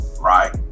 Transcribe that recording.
right